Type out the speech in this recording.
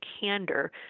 candor